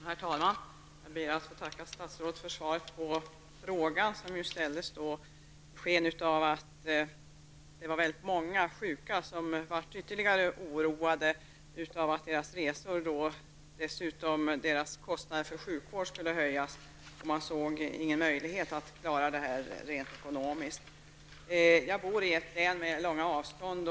Herr talman! Jag ber att få tacka statsrådet för svaret på frågan, som ju ställdes i skenet av att många sjuka blev ytterligare oroade av att utöver deras kostnader för sjukvård också deras kostnader för resor skulle höjas. Man såg ingen möjlighet att klara det rent ekonomiskt. Jag bor i ett län med långa avstånd.